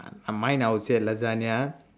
uh uh mine I will say lasagna